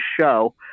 show